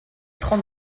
trente